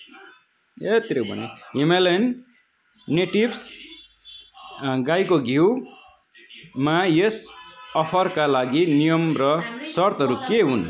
Himalayan natives गाईको घिउमा यस अफरका लागि नियम र सर्तहरू के हुन्